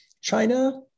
China